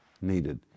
needed